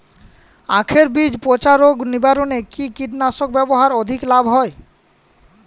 আঁখের বীজ পচা রোগ নিবারণে কি কীটনাশক ব্যবহারে অধিক লাভ হয়?